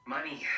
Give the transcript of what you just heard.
Money